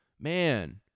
man